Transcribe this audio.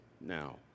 now